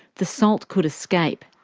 the salt could escape.